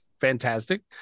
fantastic